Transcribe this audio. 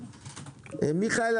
מיכאל,